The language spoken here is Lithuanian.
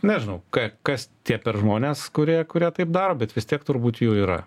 nežinau ką kas tie per žmones kurie kurie taip daro bet vis tiek turbūt jų yra